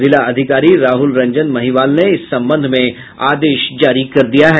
जिला अधिकारी राहुल रंजन महिवाल ने इस संबंध में आदेश जारी कर दिया है